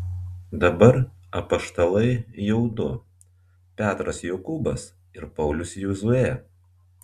dabar apaštalai jau du petras jokūbas ir paulius jozuė